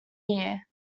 year